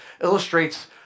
illustrates